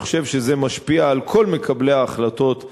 אני חושב שזה משפיע על כל מקבלי ההחלטות במדינה.